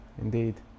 Indeed